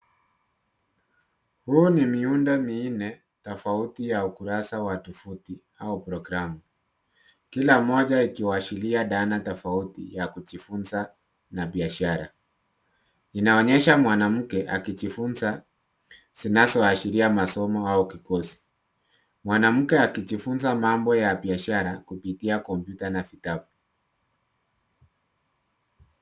Huu ni miundobinu minne tafauti wa ukurasa wa tofuti au prokiramu. Kila moja ikiwakilisha dana tafauti ya kujifunza na biashara, inaonyesha mwanamke akijifunza zinazoashiria masomo au kikozi, mwanamke akijifunza mambo ya biashara kupitia kompyuta na vitabu.